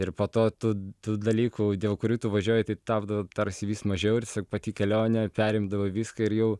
ir po to tų tų dalykų dėl kurių tu važiuoji tai tapdavo tarsi vis mažiau ir pati kelionė perimdavo viską ir jau